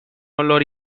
olor